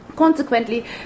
Consequently